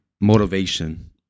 motivation